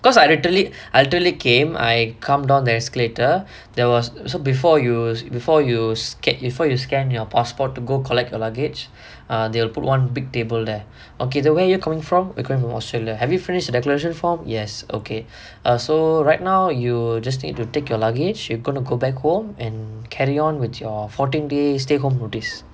because I literally I literally came I come down the escalator there was so before you before you scan you for you scan your passport to go collect luggage ah they'll put one big table there okay the way you're coming from you coming from australia have you finished the declaration form yes okay err so right now you just need to take your luggage you gonna go back home and carry on with your fourteen day stay home notice